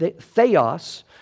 Theos